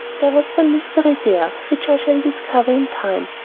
there was some mystery there which i shall discover in time.